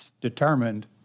determined